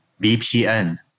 VPN